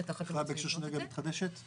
האם אתה יכול להגיד כמה כיום מתוך השטחים